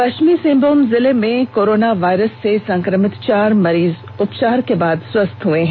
पष्चिमी सिंहभूम जिले में कोरोना वायरस से संक्रमित चार मरीज उपचार के बाद स्वस्थ हो गये हैं